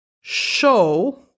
show